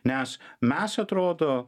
nes mes atrodo